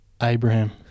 Abraham